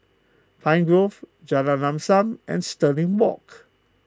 Pine Grove Jalan Lam Sam and Stirling Walk